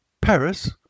Paris